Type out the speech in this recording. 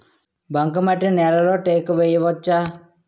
బంకమట్టి నేలలో టేకు వేయవచ్చా?